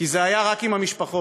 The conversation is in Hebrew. כי זה היה רק עם המשפחות,